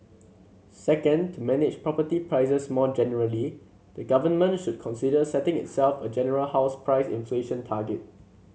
second to manage property prices more generally the government should consider setting itself a general house price inflation target